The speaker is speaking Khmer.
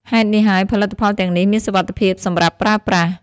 ហេតុនេះហើយ ផលិតផលទាំងនេះមានសុវត្ថិភាពសម្រាប់ប្រើប្រាស់។